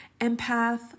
empath